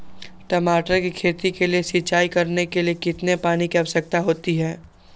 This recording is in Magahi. टमाटर की खेती के लिए सिंचाई करने के लिए कितने पानी की आवश्यकता होती है?